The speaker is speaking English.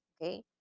okay